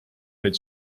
neid